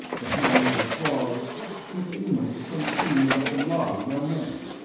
the hands and claws keep humans from seeing that the lhari are men.